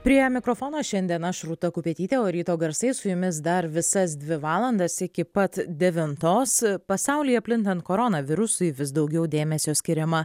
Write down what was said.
prie mikrofono šiandien aš rūta kupetytė o ryto garsai su jumis dar visas dvi valandas iki pat devintos pasaulyje plintant koronavirusui vis daugiau dėmesio skiriama